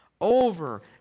over